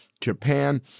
Japan